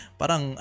parang